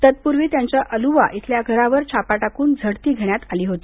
तत्पूर्वी त्यांच्या अलुवा इथल्या घरावर छापा टाकून झडती घेण्यात आली होती